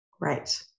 Right